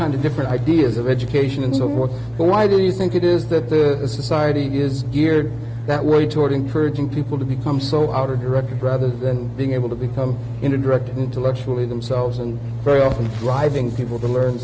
kind of different ideas of education in the works why do you think it is that the society is geared that way toward encouraging people to become so out of record rather than being able to become into direct intellectually themselves and very often driving people to learn